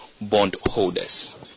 bondholders